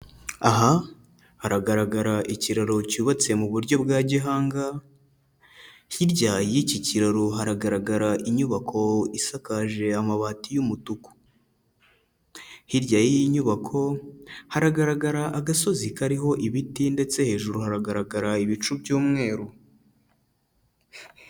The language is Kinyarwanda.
Aha haragaragara ikiraro cyubatse mu buryo bwa gihanga, hirya y'iki kiraro haragaragara inyubako isakaje amabati y'umutuku, hirya y'iyi nyubako haragaragara agasozi kariho ibiti ndetse hejuru haragaragara ibicu by'umweru.